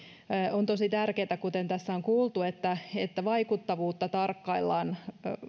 on tosi tärkeätä kuten tässä on kuultu että vaikuttavuutta tarkkaillaan